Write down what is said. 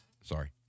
Sorry